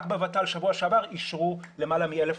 רק בוות"ל בשבוע שעבר אישרו למעלה1 מ-1,000